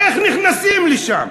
איך נכנסים לשם?